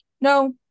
No